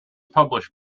published